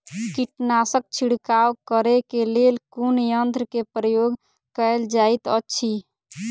कीटनासक छिड़काव करे केँ लेल कुन यंत्र केँ प्रयोग कैल जाइत अछि?